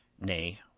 nay